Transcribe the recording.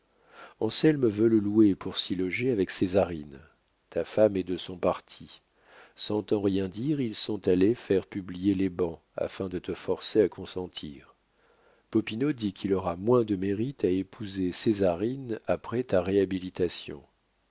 appartement anselme veut le louer pour s'y loger avec césarine ta femme est de son parti sans t'en rien dire ils sont allés faire publier les bans afin de te forcer à consentir popinot dit qu'il aura moins de mérite à épouser césarine après ta réhabilitation